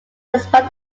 despite